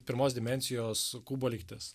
pirmos dimensijos kubo lygtis